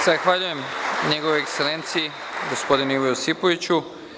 Zahvaljujem njegovoj ekselenciji, gospodinu Ivi Josipoviću.